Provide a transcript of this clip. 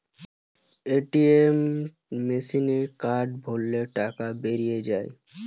ATM মেসিনে card ভরলে টাকা বেরিয়ে যায়